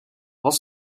wat